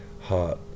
heart